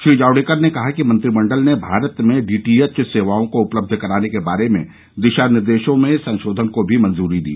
श्री जावडेकर ने कहा कि मंत्रिमंडल ने भारत में डीटीएच सेवाओं को उपलब्ध कराने के बारे में दिशा निर्देशों में संशोधन को भी मंजूरी दी